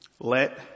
Let